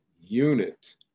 unit